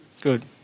Good